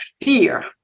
Fear